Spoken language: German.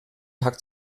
tag